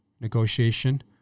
negotiation